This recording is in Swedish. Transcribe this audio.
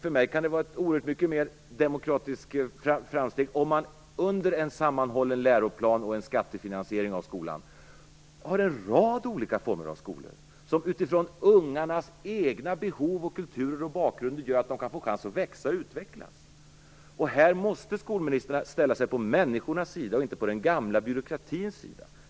För mig kan det vara ett oerhört mycket mer demokratiskt framsteg om man under en sammanhållen läroplan och skattefinansiering av skolan har en rad olika former av skolor som utifrån ungarnas egna behov, kulturer och bakgrunder gör att de får chansen att växa och utvecklas. Här måste skolministern ställa sig på människornas sida och inte på den gamla byråkratins sida.